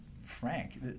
frank